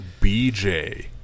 BJ